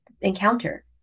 encounter